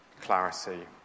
clarity